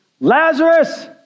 Lazarus